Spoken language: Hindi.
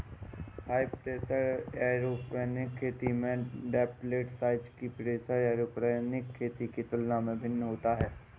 हाई प्रेशर एयरोपोनिक खेती में droplet size low pressure aeroponic खेती के तुलना में भिन्न होता है